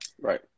Right